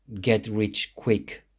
get-rich-quick